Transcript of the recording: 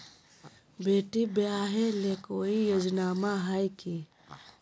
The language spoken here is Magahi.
बेटी ब्याह ले कोई योजनमा हय की?